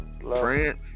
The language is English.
France